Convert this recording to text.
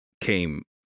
came